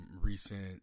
recent